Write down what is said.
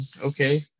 okay